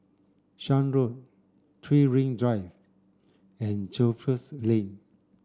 Shan Road Three Ring Drive and Jervois Lane